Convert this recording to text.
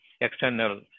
external